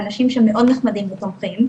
האנשים שם מאוד נחמדים ותומכים.